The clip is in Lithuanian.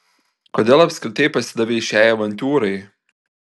kodėl apskritai pasidavei šiai avantiūrai